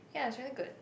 ya it's very good